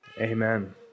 Amen